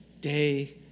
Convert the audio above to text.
day